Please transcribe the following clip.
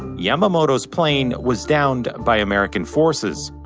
yamamoto's plane was downed by american forces.